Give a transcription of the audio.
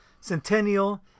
Centennial